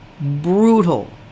brutal